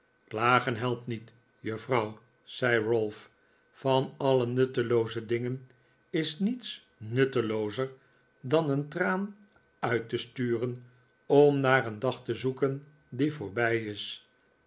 klagen helpt niet juffrouw zei ralph van alle nuttelooze dingen is niets nutteloozer dan een traan uit te sturen om naar een dag te zoeken die voorbij is